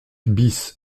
bis